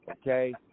Okay